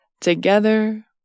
Together